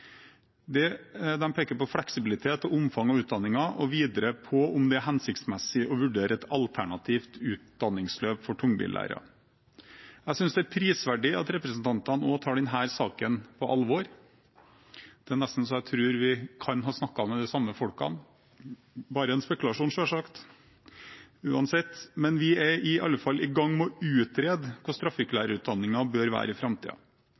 peker på fleksibilitet og omfang av utdanningen og videre på om det er hensiktsmessig å vurdere et alternativt utdanningsløp for tungbillærere. Jeg syns det er prisverdig at representantene også tar denne saken på alvor. Det er nesten så jeg tror vi kan ha snakket med de samme folkene – det er bare en spekulasjon, selvsagt. Vi er i alle fall i gang med å utrede hvordan trafikklærerutdanningen bør være i